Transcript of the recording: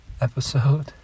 episode